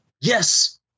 Yes